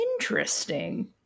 interesting